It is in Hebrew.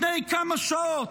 לפני כמה שעות,